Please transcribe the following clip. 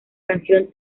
canción